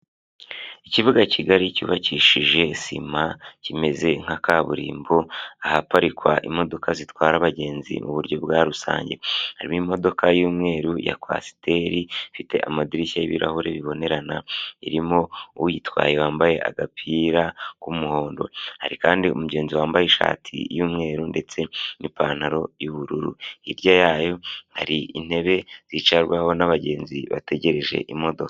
Ikibuga kigari cyubakishije sima kimeze nka kaburimbo ahaparikwa imodoka zitwara abagenzi mu buryo bwa rusange, harimo imodoka y'umweru ya kwasiteri ifite amadirishya y'ibiibirahure bibonerana, irimo uyitwaye wambaye agapira k'umuhondo, hari kandi umugenzi wambaye ishati y'umweru ndetse n'ipantaro y'ubururu, hirya yayo hari intebe zicarwaho n'abagenzi bategereje imodoka.